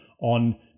on